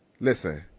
Listen